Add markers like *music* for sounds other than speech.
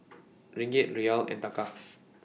Ringgit Riyal and Taka *noise*